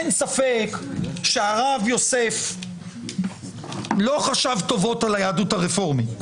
אין ספק שהרב יוסף לא חשב טובות על היהדות הרפורמית,